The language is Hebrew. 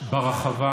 ברחבה